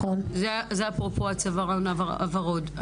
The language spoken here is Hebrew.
זה אפרופו הצווארון הוורוד.